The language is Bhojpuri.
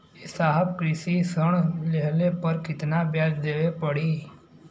ए साहब कृषि ऋण लेहले पर कितना ब्याज देवे पणी?